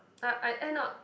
uh I end up